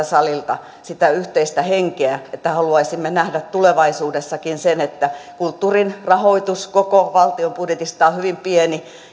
salilta sitä yhteistä henkeä että haluaisimme nähdä tulevaisuudessakin sen että koska kulttuurin rahoitus koko valtion budjetista on hyvin pieni